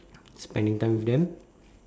spending time with them